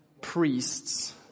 priests